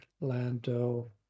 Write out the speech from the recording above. Lando